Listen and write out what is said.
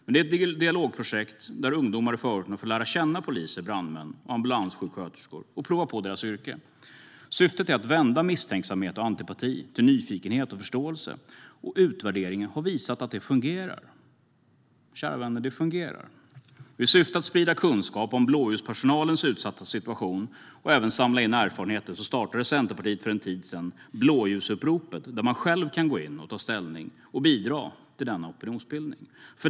Detta är ett dialogprojekt där ungdomar i förorterna får lära känna poliser, brandmän och ambulanssjuksköterskor och prova på deras yrken. Syftet är att vända misstänksamhet och antipati till nyfikenhet och förståelse. Utvärderingen har visat att detta fungerar. Det fungerar, kära vänner! I syfte att sprida kunskap om blåljuspersonalens utsatta situation och även samla in erfarenheter startade Centerpartiet för en tid sedan blåljusuppropet. Man kan själv ta ställning och bidra till denna opinionsbildning.